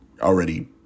already